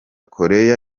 koreya